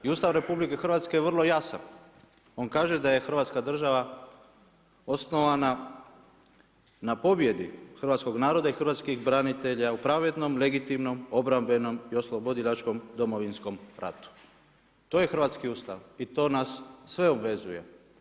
I Ustav RH je vrlo jasan, on kaže da je „Hrvatska država osnovana na pobjedi hrvatskog naroda i hrvatskih branitelja u pravednom, legitimnom, obrambenom i oslobodilačkom Domovinskom ratu“ To je hrvatski Ustav i to nas sve obvezuje.